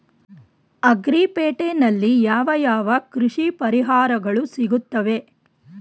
Agri ಪೇಟೆನಲ್ಲಿ ಯಾವ ಯಾವ ಕೃಷಿ ಪರಿಕರಗಳು ಸಿಗುತ್ತವೆ?